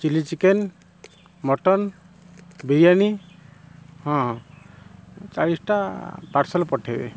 chilli chicken mutton biryani ହଁ ଚାଳିଶିଟା parcel ପଠାଇବେ